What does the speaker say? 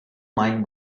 mine